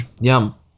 Yum